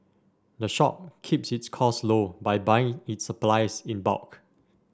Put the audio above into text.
the shop keeps its costs low by buying its supplies in bulk